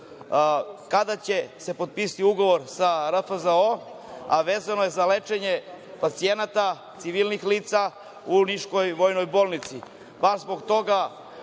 kada će se potpisati ugovor sa RFZO, vezano za lečenje pacijenata, civilnih lica u Niškoj Vojnoj bolnici?